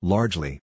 Largely